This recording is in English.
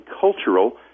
cultural